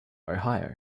ohio